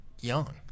young